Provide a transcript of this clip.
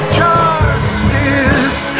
justice